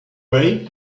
ray